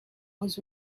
was